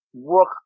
work